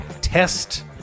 test